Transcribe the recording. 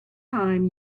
time